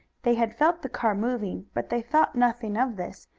they had felt the car moving, but they thought nothing of this,